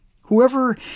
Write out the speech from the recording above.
Whoever